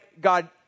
God